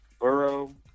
Burrow